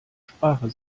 sprache